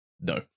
No